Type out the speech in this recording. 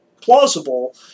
plausible